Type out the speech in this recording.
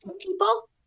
People